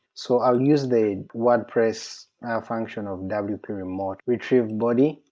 so i'll use the wordpress function of and wp yeah remote retrieve body,